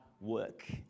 work